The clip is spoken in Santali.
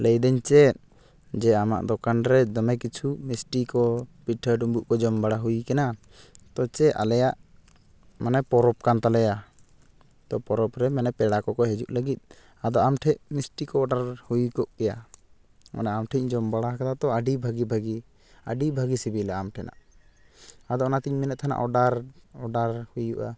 ᱞᱟᱹᱭᱫᱟᱹᱧ ᱪᱮᱫ ᱡᱮ ᱟᱢᱟᱜ ᱫᱚᱠᱟᱱ ᱨᱮ ᱫᱚᱢᱮ ᱠᱤᱪᱷᱩ ᱢᱤᱥᱴᱤᱠᱚ ᱯᱤᱴᱷᱟᱹ ᱰᱳᱵᱳᱜᱽ ᱠᱚ ᱡᱚᱢ ᱵᱟᱲᱟ ᱦᱩᱭ ᱠᱟᱱᱟ ᱛᱚ ᱪᱮᱫ ᱟᱞᱮᱭᱟᱜ ᱢᱟᱱᱮ ᱯᱚᱨᱚᱵᱽᱠᱟᱱ ᱛᱟᱞᱮᱭᱟ ᱛᱚ ᱯᱚᱨᱚᱵᱽ ᱨᱮ ᱯᱮᱲᱟ ᱠᱚᱠᱚ ᱦᱤᱡᱩᱜ ᱞᱟᱹᱜᱤᱫ ᱟᱫᱚ ᱟᱢᱴᱷᱮᱱ ᱢᱤᱥᱴᱤᱠᱚ ᱚᱰᱟᱨ ᱦᱩᱭᱠᱚᱜ ᱜᱮᱭᱟ ᱟᱢᱴᱷᱮᱱ ᱤᱧ ᱡᱚᱢ ᱵᱟᱲᱟᱣ ᱠᱟᱫᱟ ᱛᱚ ᱟᱹᱰᱤ ᱵᱷᱟᱹᱜᱤ ᱵᱷᱟᱹᱜᱤ ᱟᱹᱰᱤ ᱵᱷᱟᱹᱜᱤ ᱥᱤᱞᱵᱤᱞᱟ ᱟᱢᱴᱷᱮᱱᱟᱜ ᱟᱫᱚ ᱚᱱᱟᱛᱮᱧ ᱢᱮᱱᱮᱫ ᱛᱮᱦᱮᱱᱟ ᱚᱰᱟᱨ ᱚᱰᱟᱨ ᱦᱩᱭᱩᱜᱼᱟ